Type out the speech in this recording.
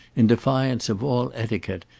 in defiance of all etiquette,